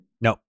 No